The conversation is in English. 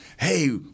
Hey